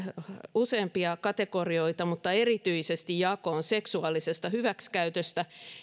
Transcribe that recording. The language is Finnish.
useampia kategorioita erityisesti jakoon seksuaalisesta hyväksikäyttöön